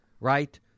Right